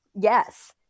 Yes